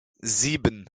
sieben